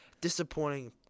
disappointing